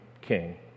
king